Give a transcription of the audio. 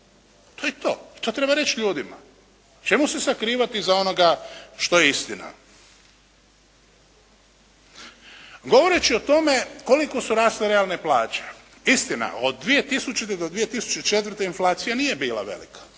To je to, to treba reći ljudima. Čemu se sakrivati iza onoga što je istina? Govoreći o tome koliko su rasle realne plaće. Istina, od 2000. do 2004. inflacija nije bila velika.